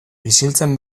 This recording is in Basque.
isiltzen